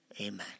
Amen